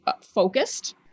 focused